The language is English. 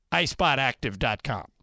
iSpotActive.com